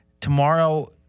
Tomorrow